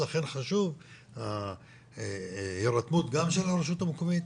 לכן חשובה ההירתמות גם של הרשות המקומית,